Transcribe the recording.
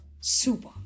Super